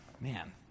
Man